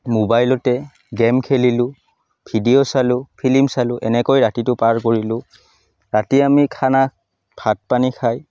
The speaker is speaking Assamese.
মোবাইলতে গেম খেলিলোঁ ভিডিঅ' চালোঁ ফিলিম চালোঁ এনেকৈ ৰাতিটো পাৰ কৰিলোঁ ৰাতি আমি খানা ভাত পানী খাই